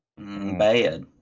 Bad